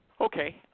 Okay